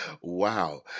Wow